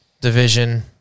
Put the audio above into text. Division